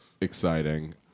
exciting